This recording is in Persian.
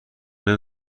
نمی